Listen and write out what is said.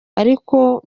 ariko